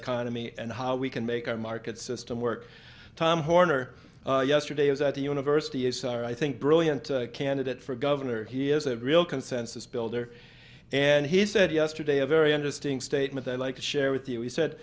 economy and how we can make our market system work tom horner yesterday was at the university is i think brilliant candidate for governor he is a real consensus builder and he said yesterday a very interesting statement i'd like to share with you he said